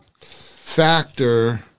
factor